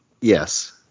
Yes